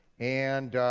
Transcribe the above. and.